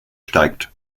steigt